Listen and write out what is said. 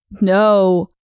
No